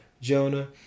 Jonah